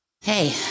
Hey